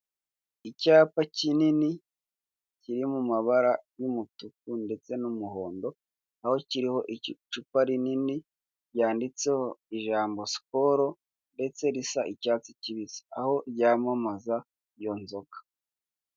Icyapa kinini kiri mu mabara y'umutuku ndetse n'umuhondo, aho kiriho icupa rinini ryanditseho ijambo sikolo ndetse risa icyatsi kibisi aho ryamamaza iyo nzoga.